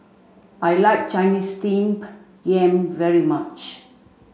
I like Chinese steam yam very much